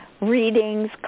readings